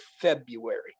February